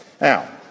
Now